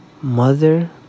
Mother